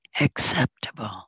acceptable